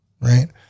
right